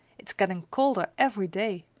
it's getting colder every day.